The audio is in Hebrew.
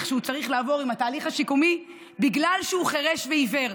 השיקומי שהוא צריך לעבור בגלל שהוא חירש ועיוור.